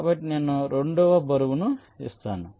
కాబట్టి నేను 2 వ బరువు ఇస్తాను